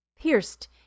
Pierced